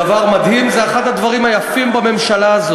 בדבר סכומי ארנונה של שנת הכספים הבאה הוא 1